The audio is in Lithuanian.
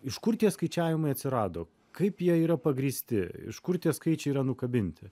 iš kur tie skaičiavimai atsirado kaip jie yra pagrįsti iš kur tie skaičiai yra nukabinti